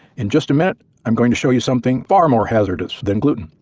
in just a minute i'm going to show you something far more hazardous than gluten.